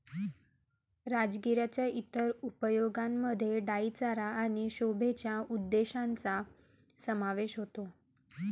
राजगिराच्या इतर उपयोगांमध्ये डाई चारा आणि शोभेच्या उद्देशांचा समावेश होतो